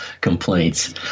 Complaints